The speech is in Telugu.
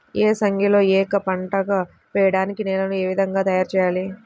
ఏసంగిలో ఏక పంటగ వెయడానికి నేలను ఏ విధముగా తయారుచేయాలి?